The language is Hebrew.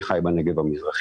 אבל אני חי בנגב המזרחי,